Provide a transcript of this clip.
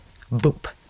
Boop